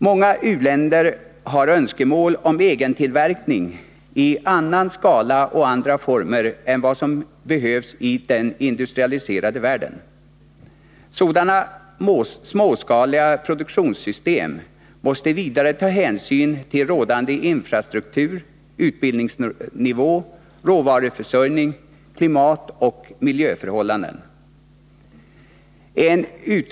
Många u-länder har önskemål om egentillverkning i annan skala och i andra former än vad som behövs i den industrialiserade världen. Sådana småskaliga produktionssystem måste vidare ta hänsyn till rådande infrastruktur, utbildningsnivå, råvaruförsörjning, klimatoch miljöförhållanden.